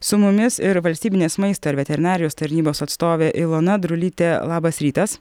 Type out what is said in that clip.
su mumis ir valstybinės maisto ir veterinarijos tarnybos atstovė ilona drulytė labas rytas